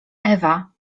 ewa